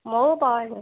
ময়ো পাৱা নাই